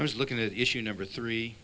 i was looking at issue number three